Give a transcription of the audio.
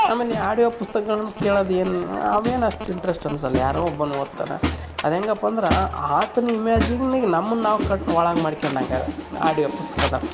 ಆಮೇಲೆ ಈ ಆಡಿಯೋ ಪುಸ್ತಕಗಳನ್ನು ಕೇಳೋದ್ ಏನು ಅವೇನು ಅಷ್ಟು ಇಂಟ್ರಸ್ಟ್ ಅನ್ಸೋಲ್ಲ ಯಾರೋ ಒಬ್ಬನು ಓದ್ತಾನ ಅದು ಹೆಂಗಪ್ಪ ಅಂದ್ರೆ ಆತನ ಇಮ್ಯಾಜಿನಿಗೆ ನಮ್ಮನ್ನು ನಾವು ಕಣ್ಣು ಒಳಗೆ ಮಾಡ್ಕೊಂಡಂಗ್ ಅದು ಆಡಿಯೋ ಪುಸ್ತಕದಾಗೆ